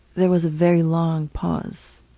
there was a very long pause.